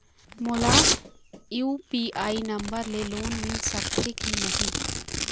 मोला UPI number ले loan मिल सकथे कि नहीं?